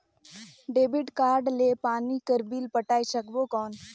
Debit card ले पानी कर बिल पटाय सकबो कौन?